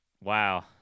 Wow